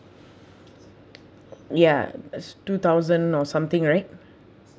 ya two thousand or something right